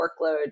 workload